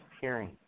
hearing